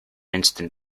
instant